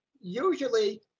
usually